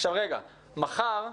אנחנו פה מחר,